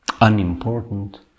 unimportant